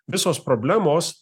visos problemos